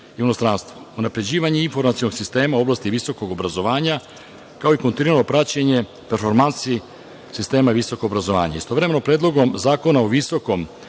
i inostranstvu. Unapređivanje informacionog sistema u oblasti visokog obrazovanja, kao i kontinuirano praćenje performansi sistema visokog obrazovanja. Istovremeno, Predlogom zakona o visokom